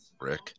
Rick